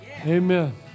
Amen